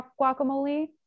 guacamole